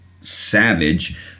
savage